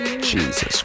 Jesus